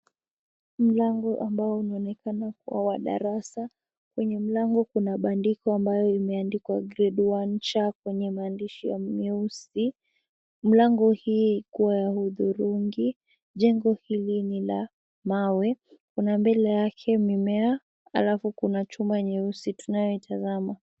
Mlangoo ambao unaonekana kuwa wa darasa. Kwenye mlango kuna bandiko ambayo imeandikwa Grade One cha kwenye maandishi ya meuusi. Mlangoo hii iko ya hudhurungi. Jengo hili ni la mawe. Kuna mbele yake mimea alafu kuna chuma nyeusi tunayoitazama.